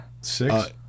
six